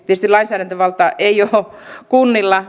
tietysti lainsäädäntövaltaa ei ole kunnilla